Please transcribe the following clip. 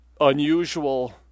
unusual